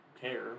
care